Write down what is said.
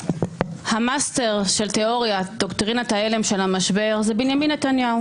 המאסטר של תיאוריית דוקטרינת ההלם של המשבר זה בנימין נתניהו